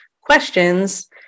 questions